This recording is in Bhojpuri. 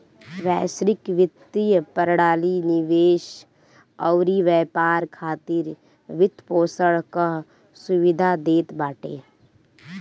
वैश्विक वित्तीय प्रणाली निवेश अउरी व्यापार खातिर वित्तपोषण कअ सुविधा देत बाटे